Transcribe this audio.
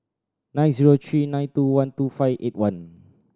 nine zero three nine two one two five eight one